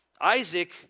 Isaac